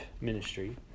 ministry